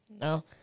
No